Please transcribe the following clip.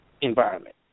environment